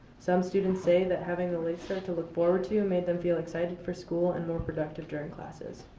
some students say that having the late start to look forward to made them feel excited for school and more productive during classes.